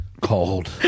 cold